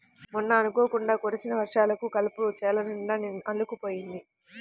మొన్న అనుకోకుండా కురిసిన వర్షాలకు కలుపు చేలనిండా అల్లుకుపోయింది